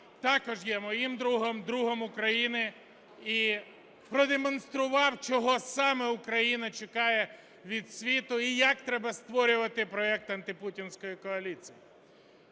також є моїм другом, другом України і продемонстрував, чого саме Україна чекає від світу і як треба створювати проект антипутінської коаліції.